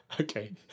okay